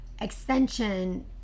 extension